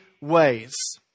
ways